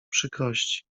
przykrości